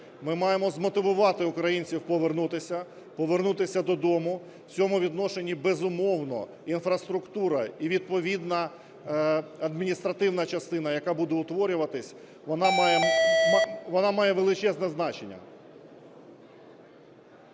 Ми маємо змотивувати українців повернутися, повернутися додому. В цьому відношенні, безумовно, інфраструктура і відповідна адміністративна частина, яка буде утворюватися, вона має величезне значення.